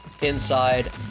Inside